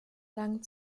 lang